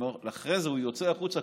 אחרי זה הוא יוצא החוצה,